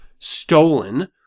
Stolen